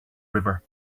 river